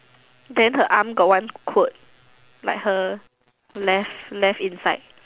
then her arm got one quote like her left left inside